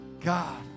God